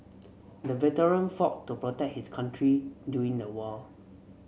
the veteran fought to protect his country during the war